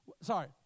sorry